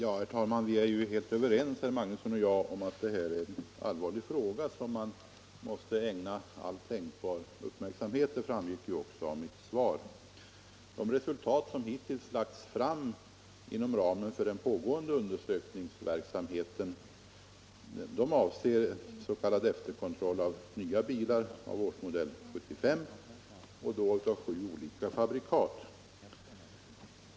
Herr talman! Jag är helt överens med herr Magnusson i Kristinehamn om att det här är en allvarlig fråga, som man måste ägna all tänkbar uppmärksamhet; det framgick ju också av mitt svar. De resultat som hittills lagts fram inom ramen för den pågående undersökningsverksamheten avser s.k. efterkontroll av nya bilar av årsmodell 1975 och av sju olika fabrikat.